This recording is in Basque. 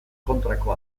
kontrako